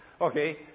Okay